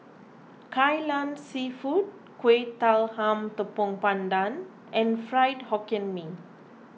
Kai Lan Seafood Kuih Talam Tepong Pandan and Fried Hokkien Mee